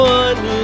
one